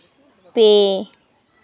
ᱯᱮ